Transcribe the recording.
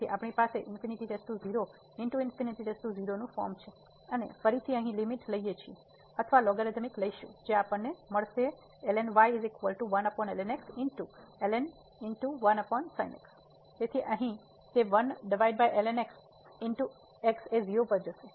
તેથી આપણી પાસે ફોર્મ છે અને ફરીથી અહીં લીમીટ લઈએ છીએ અથવા લોગરીધમિક લઈશું જે આપણને મળશે તેથી અહીં તે 0 પર જશે